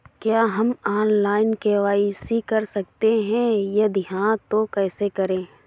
क्या हम online KYC कर सकते हैं यदि हाँ तो कैसे?